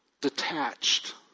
detached